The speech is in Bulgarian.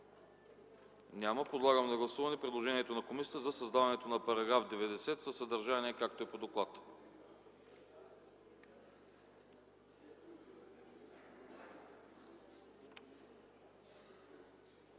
Няма. Подлагам на гласуване предложението на комисията за създаването на § 90 със съдържание, както е по доклада.